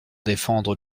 défendre